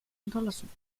unterlassen